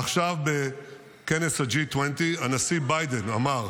עכשיו, בכנס G-20 הנשיא ביידן אמר: